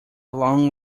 long